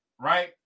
right